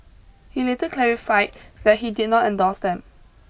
he later clarified that he did not endorse them